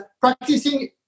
Practicing